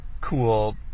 cool